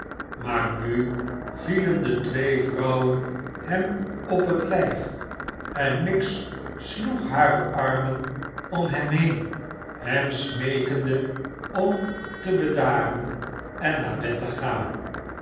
maar nu vielen de twee vrouwen hem op het liji en miggs sloeg hare armen om hem heen hem smeekende om te bedaren en naar bed te gaan